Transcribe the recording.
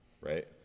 Right